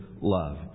love